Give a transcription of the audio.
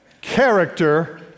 Character